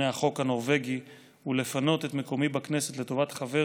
"החוק הנורווגי" ולפנות את מקומי בכנסת לטובת חבר